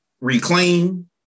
reclaim